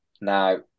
Now